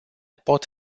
pot